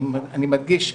אני מדגיש,